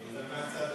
מה, עוד אחת?